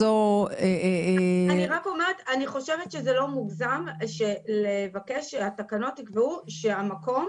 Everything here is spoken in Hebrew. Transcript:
אני חושבת שזה לא מוגזם לבקש שהתקנות יקבעו שהמקום